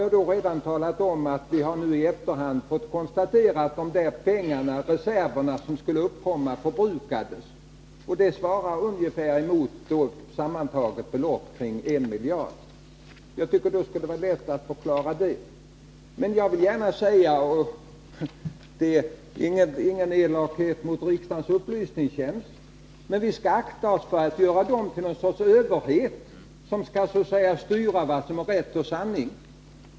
Jag har redan talat om att vi i efterhand har kunnat konstatera att de reserver som beräknats uppkomma har förbrukats. Det svarar ungefär mot ett sammantaget belopp på ungefär 1 miljard. Jag tycker att det skulle vara lätt att förklara detta. Jag vill gärna säga — det är ingen elakhet mot riksdagens upplysningstjänst —att vi skall akta oss för att göra upplysningstjänsten till någon sorts överhet, som skall styra när det gäller vad som är rätt och sant.